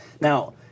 Now